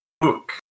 book